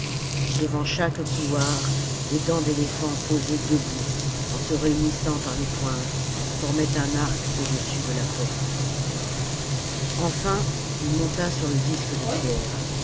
devant chaque couloir des dents d'éléphant posées debout en se réunissant par les pointes formaient un arc au-dessus de la porte enfin il monta sur le disque de pierre